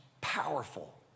Powerful